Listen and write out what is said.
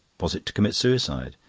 was it to commit suicide?